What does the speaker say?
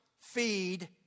feed